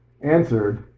answered